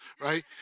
right